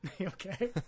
okay